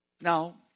Now